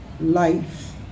life